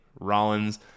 Rollins